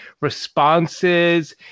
responses